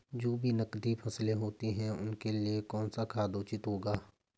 जो भी नकदी फसलें होती हैं उनके लिए कौन सा खाद उचित होगा?